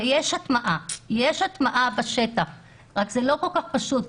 ויש הטמעה בשטח, רק זה לא כל כך פשוט.